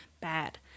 bad